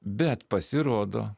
bet pasirodo